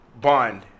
bond